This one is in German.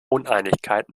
uneinigkeit